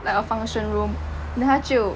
like a function room then 他就